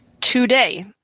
today